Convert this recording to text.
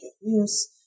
use